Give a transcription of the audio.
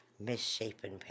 Misshapen